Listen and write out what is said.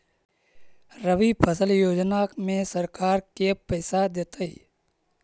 रबि फसल योजना में सरकार के पैसा देतै?